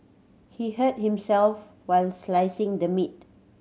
he hurt himself while slicing the meat